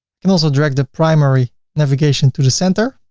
can also drag the primary navigation to the center,